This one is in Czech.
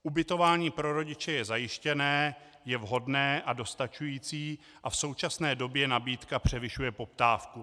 Ubytování pro rodiče je zajištěné, je vhodné a dostačující a v současné době nabídka převyšuje poptávku.